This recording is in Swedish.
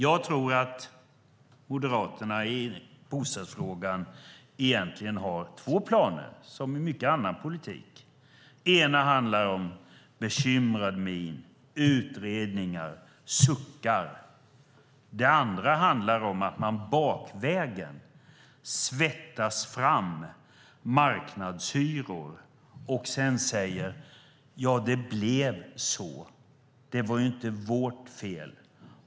Jag tror att Moderaterna i bostadsfrågan egentligen har två planer, som i mycket annan politik. Den ena handlar om bekymrad min, utredningar och suckar. Den andra handlar om att man bakvägen svettas fram marknadshyror och sedan säger: Ja, det blev så - det var inte vårt fel.